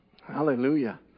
Hallelujah